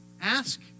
Ask